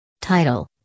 Title